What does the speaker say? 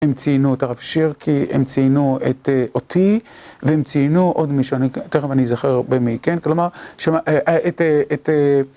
הם ציינו את הרב שרקי, הם ציינו את אותי, והם ציינו עוד מישהו, תכף אני אזכר במי, כן? כלומר, את...